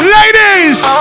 Ladies